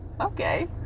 Okay